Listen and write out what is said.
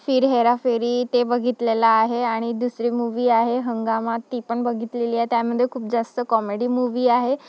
फिर हेराफेरी ते बघितलेलं आहे आणि दुसरी मूव्ही आहे हंगामा ती पण बघितलेली आहे त्यामध्ये खूप जास्त कॉमेडी मूव्ही आहे